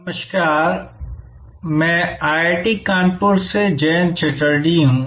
नमस्कार मैं IIT कानपुर से जयंत चटर्जी हूं